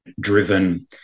driven